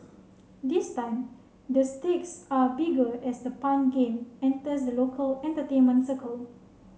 this time the stakes are bigger as the pun game enters the local entertainment circle